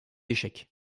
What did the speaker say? échecs